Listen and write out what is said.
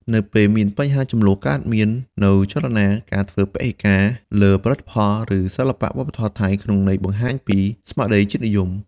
នៅពេលមានបញ្ហាជម្លោះ កើតមាននូវចលនា ការធ្វើពហិការ លើផលិតផល ឬសិល្បៈវប្បធម៌ថៃ ក្នុងន័យបង្ហាញពី ស្មារតីជាតិនិយម។